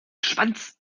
schwanz